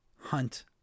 hunt